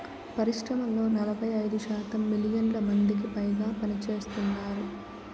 పరిశ్రమల్లో నలభై ఐదు శాతం మిలియన్ల మందికిపైగా పనిచేస్తున్నారు